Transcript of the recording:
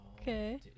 Okay